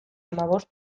hamabost